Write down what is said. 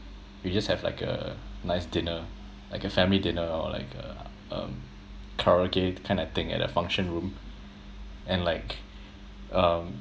we just have like a nice dinner like a family dinner or like a um karaoke kind of thing at a function room and like um